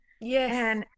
yes